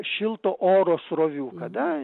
šilto oro srovių kada